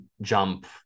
jump